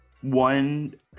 One